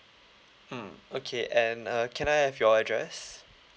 mm okay and uh can I have your address